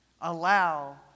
Allow